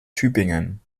tübingen